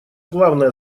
главная